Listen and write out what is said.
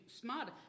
smarter